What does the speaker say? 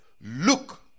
Look